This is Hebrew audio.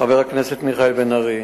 חבר הכנסת מיכאל בן-ארי,